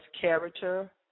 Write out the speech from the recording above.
character